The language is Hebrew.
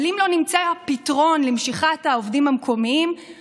אבל אם לא נמצא פתרון למשיכת העובדים המקומיים,